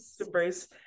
embrace